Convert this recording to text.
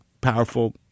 powerful